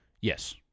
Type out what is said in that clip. Yes